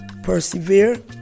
persevere